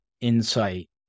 insight